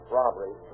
robbery